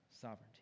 sovereignty